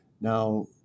Now